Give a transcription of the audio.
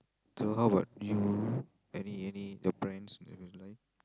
so how about you any any your brands that you like